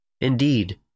Indeed